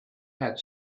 had